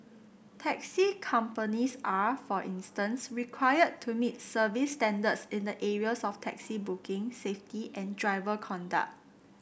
taxi companies are for instance required to meet service standards in the areas of taxi booking safety and driver conduct